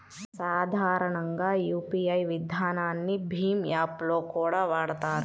సాధారణంగా యూపీఐ విధానాన్ని భీమ్ యాప్ లో కూడా వాడతారు